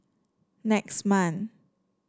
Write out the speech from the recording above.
next month